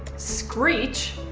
screech,